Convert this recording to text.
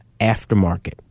aftermarket